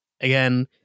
again